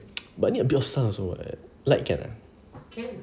but need a bit of sun also [what] light can ah